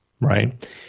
Right